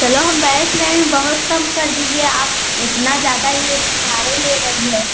चलो हम बैठ रहे हैं बहुत कम कर दीजिए आप इतना ज़्यादा ये भाड़ा ले रही हैं